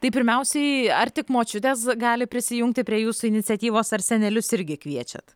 tai pirmiausiai ar tik močiutės gali prisijungti prie jūsų iniciatyvos ar senelius irgi kviečiat